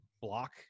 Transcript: block